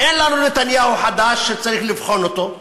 אין לנו נתניהו חדש שצריך לבחון אותו,